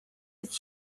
its